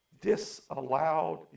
Disallowed